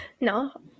No